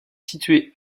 situé